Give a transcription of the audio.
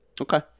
Okay